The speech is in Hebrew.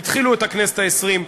התחילו את הכנסת העשרים,